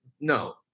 No